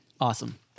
awesome